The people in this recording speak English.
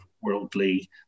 worldly